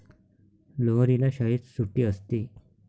लोहरीला शाळेत सुट्टी असते